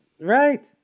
Right